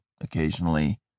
occasionally